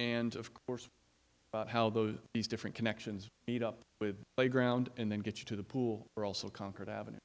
and of course how those these different connections meet up with the ground and then get you to the pool or also conquered avenue